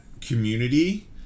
community